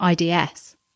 IDS